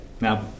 Now